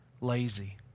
lazy